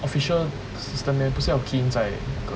official system meh 不是要 key in 在那个